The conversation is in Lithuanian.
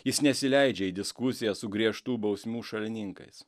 jis nesileidžia į diskusiją su griežtų bausmių šalininkais